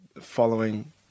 following